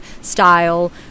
style